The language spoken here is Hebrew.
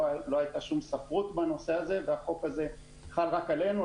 לא הייתה שום ספרות בנושא הזה והחוק הזה חל רק עלינו,